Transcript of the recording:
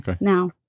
now